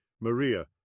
Maria